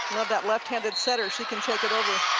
love that left-handed setter. she can take it over.